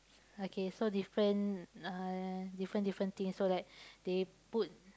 okay so different uh different different thing so like they put